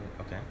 Okay